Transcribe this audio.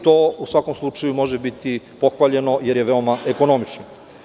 To u svakom slučaju možem biti pohvaljeno jer je veoma ekonomično.